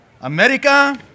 America